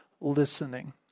Listening